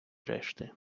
решти